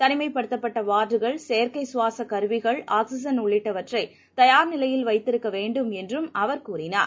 தனிமைப்படுத்தப்பட்டவார்டுகள் செயற்கைசுவாசக் கருவிகள் ஆக்சிஜன் உள்ளிட்டவற்றைதயார் நிலையில் வைத்திருக்கவேண்டும் என்றும் அவர் கூறினார்